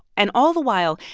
and all the while,